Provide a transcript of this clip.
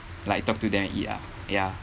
like talk to them and eat ah ya